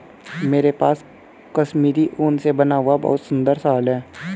मेरे पास कश्मीरी ऊन से बना हुआ बहुत सुंदर शॉल है